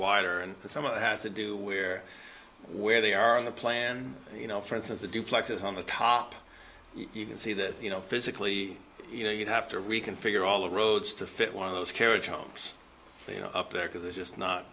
wider and some of it has to do where where they are in the plan you know for instance a duplex is on the top you can see that you know physically you know you have to reconfigure all of roads to fit one of those carriage homes up there because there's just not